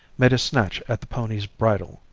made a snatch at the pony's bridle.